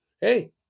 hey